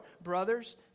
brothers